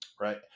right